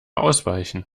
ausweichen